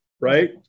right